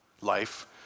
life